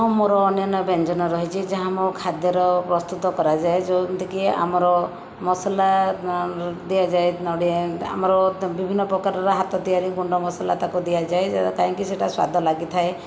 ହଁ ମୋର ଅନ୍ୟାନ୍ୟ ବେଞ୍ଜନ ରହିଛି ଯାହା ମୋ ଖାଦ୍ୟର ପ୍ରସ୍ତୁତ କରାଯାଏ ଯେମିତିକି ଆମର ମସଲା ଦିଆଯାଏ ନଡ଼ିଆ ଆମର ବିଭିନ୍ନ ପ୍ରକାରର ହାତ ତିଆରି ଗୁଣ୍ଡମସଲା ତାକୁ ଦିଆଯାଏ କାହିଁକି ସେଇଟା ସ୍ୱାଦ ଲାଗିଥାଏ